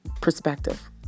perspective